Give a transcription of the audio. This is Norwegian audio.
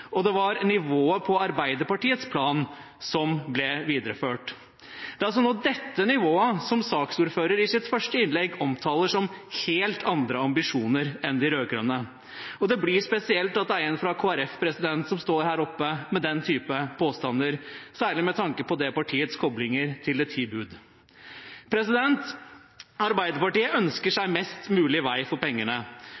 og det var nivået på Arbeiderpartiets plan som ble videreført. Det er altså dette nivået som saksordføreren i sitt første innlegg omtaler som helt andre ambisjoner enn de rød-grønne. Det blir spesielt at det er en fra Kristelig Folkeparti som står her oppe med den type påstander, særlig med tanke på det partiets koblinger til de ti bud. Arbeiderpartiet ønsker seg mest mulig vei for pengene.